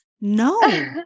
No